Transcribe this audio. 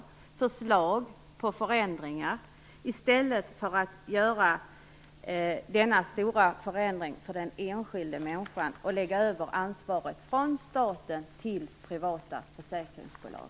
Vi borde ha fått förslag på förändringar i stället för att man nu gör denna stora förändring för den enskilda människan och lägger över ansvaret från staten till privata försäkringsbolag.